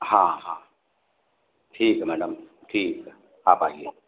हाँ हाँ ठीक है मैडम ठीक है आप आइए